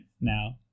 now